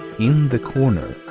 in the corner,